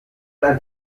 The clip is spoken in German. ein